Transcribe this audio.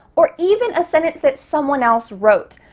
or even a sentence that someone else wrote.